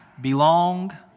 belong